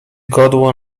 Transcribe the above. godło